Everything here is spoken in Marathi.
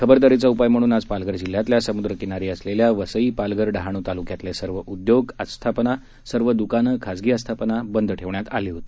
खबरदारी चा उपाय म्हणून आज पालघर जिल्हयातल्या समुद्रकिनारी असलेल्या वसई पालघर डहाणू तालुक्यातले सर्व उद्योग उद्योग आस्थापना सर्व दुकानं खाजगी आस्थापना आदी बंद ठेवण्यात आली होती